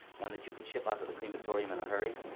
one that you can ship out to the crematorium in a hurry?